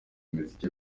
imiziki